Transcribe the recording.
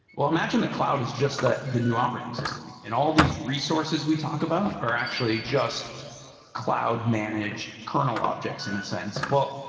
well, imagine the cloud is just the the new operating system and all these resources we talk about are actually just cloud-managed kernel objects in a sense. well,